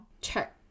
check